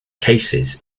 cases